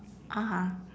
(uh huh)